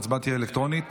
הצבעה תהיה אלקטרונית.